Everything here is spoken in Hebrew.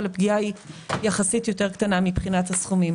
אבל היא יחסית יותר קטנה מבחינת הסכומים.